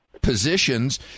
positions